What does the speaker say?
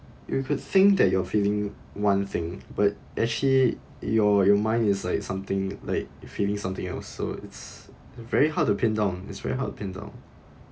you could think that you're feeling one thing but actually your your mind is like something like feeling something else so it's very hard to pin down it's very hard to pin down